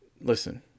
Listen